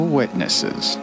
witnesses